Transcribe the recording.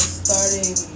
starting